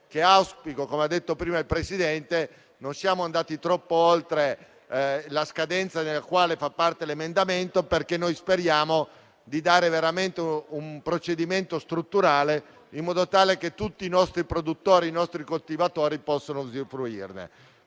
che auspico. Come ha detto prima il Presidente, non siamo andati troppo oltre la scadenza di cui all'emendamento, perché speriamo di dare un procedimento strutturale in modo che tutti i nostri produttori e i nostri coltivatori possano usufruirne.